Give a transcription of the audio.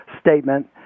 statement